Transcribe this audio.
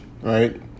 right